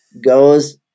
goes